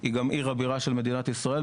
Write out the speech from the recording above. היא גם עיר הבירה של מדינת ישראל,